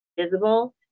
visible